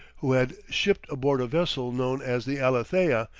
who had shipped aboard a vessel known as the alethea,